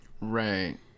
right